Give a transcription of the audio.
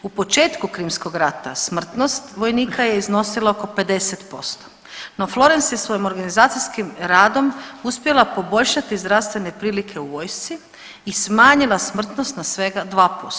U početku Krimskog rata smrtnost vojnika je iznosila oko 50%, no Florence svojim organizacijskim radom uspjela poboljšati zdravstvene prilike u vojsci i smanjila smrtnost na svega 2%